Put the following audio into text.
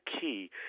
key